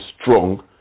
strong